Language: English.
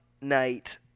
night